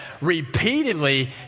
repeatedly